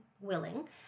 willing